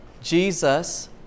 Jesus